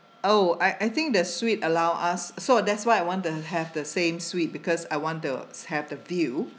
oh I I think the suite allow us so that's why I want to have the same suite because I want to have the view